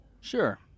Sure